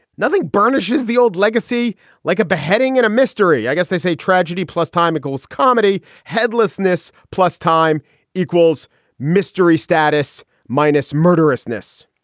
nothing burnishes the old legacy like a beheading in a mystery. i guess they say tragedy plus time it goes comedy. heedlessness plus time equals mystery status minus murderous nasw.